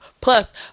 Plus